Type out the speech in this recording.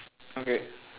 okay